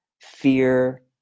fear